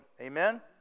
amen